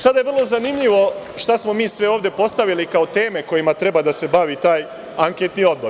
Sada, vrlo je zanimljivo šta smo mi sve ovde postavili kao teme kojima treba da se bavi taj anketni odbor.